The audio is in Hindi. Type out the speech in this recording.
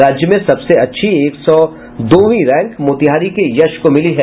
राज्य में सबसे अच्छी एक सौ दोवीं रैंक मोतिहारी के यश को मिली है